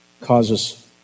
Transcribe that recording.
causes